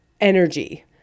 energy